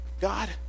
God